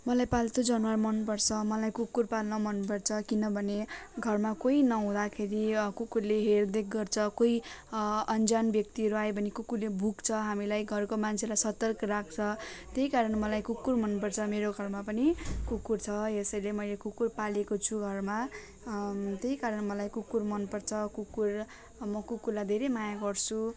मलाई पालतु जनावर मनपर्छ मलाई कुकुर पाल्न मनपर्छ किनभने घरमा कोही नहुँदाखेरि कुकुरले हेरदेख गर्छ कोही अन्जान व्यक्तिहरू आयो भने कुकुरले भुक्छ हामीलाई घरको मान्छेलाई सतर्क राख्छ त्यही कारण मलाई कुकुर मनपर्छ मेरो घरमा पनि कुकुर छ यसैले मैले कुकुर पालेको छु घरमा त्यही कारण मलाई कुकुर मनपर्छ कुकुर म कुकुरलाई धेरै माया गर्छु